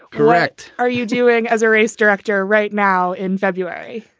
correct. are you doing as a race director right now in february?